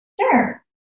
Sure